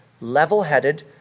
level-headed